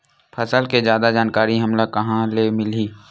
फसल के जादा जानकारी हमला कहां ले मिलही?